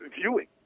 Viewing